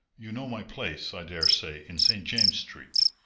you know my place, i dare say, in st. james street.